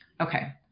Okay